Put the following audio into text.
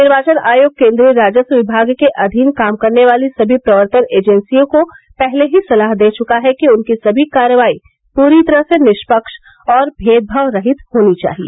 निर्वाचन आयोग केन्द्रीय राजस्व विमाग के अधीन काम करने वाली सभी प्रवर्तन एजेंसियों को पहले ही सलाह दे चुका है कि उनकी सभी कार्रवाई पूरी तरह से निष्पक्ष और भेदभाव रहित होनी चाहिए